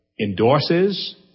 endorses